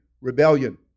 rebellion